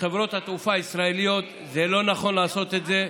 חברות התעופה הישראליות, זה לא נכון לעשות את זה.